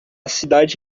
cidade